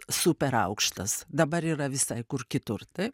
super aukštas dabar yra visai kur kitur taip